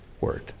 Word